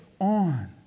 on